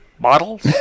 bottles